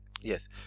Yes